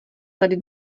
tady